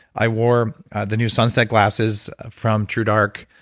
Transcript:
i wore the new sunset glasses from true dark,